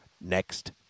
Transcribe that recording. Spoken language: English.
next